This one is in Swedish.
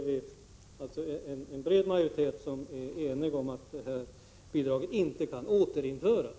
Vi andra är eniga om att bidraget inte kan återinföras.